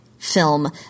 film